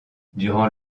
durant